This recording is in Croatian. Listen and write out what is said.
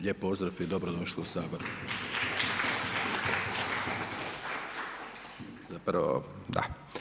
Lijep pozdrav i dobrodošli u Sabor. Zapravo da.